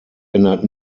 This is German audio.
ändert